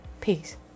Peace